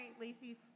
Lacey